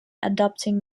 adopting